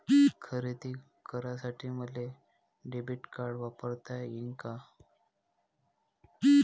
खरेदी करासाठी मले डेबिट कार्ड वापरता येईन का?